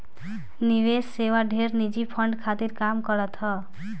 निवेश सेवा ढेर निजी फंड खातिर काम करत हअ